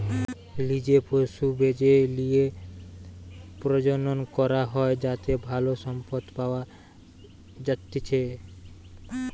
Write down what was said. লিজে পশু বেছে লিয়ে প্রজনন করা হয় যাতে ভালো সম্পদ পাওয়া যাতিচ্চে